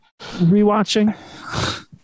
rewatching